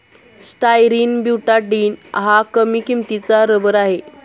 styrene butadiene हा कमी किंमतीचा रबर आहे